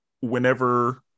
whenever